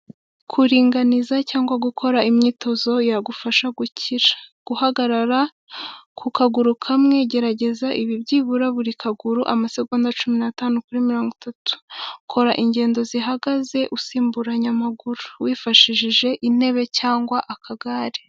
Kuringaniza cyangwa gukora imyitozo yagufasha gukira. Guhagarara ku kaguru kamwe, gerageza ibi byibura buri kaguru amasegonda cumi n'atanu kuri mirongo itatu. Kora ingendo zihagaze usimburanya amaguru wifashishije intebe cyangwa akagare.